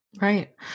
Right